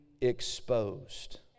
exposed